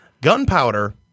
Gunpowder